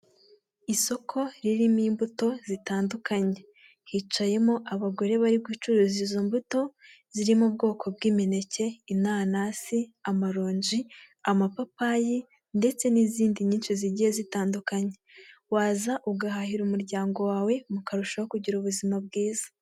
Isoko ririmo imbuto zitandukanye, hicayemo abagore bari gucuruza izo mbuto ziririmo bwoko bw'imineke, inanasi, amaronji, amapapayi ndetse n'izindi nyinshi zigiye zitandukanye waza ugahahira umuryango wawe mukarushaho kugira ubuzima bwiza.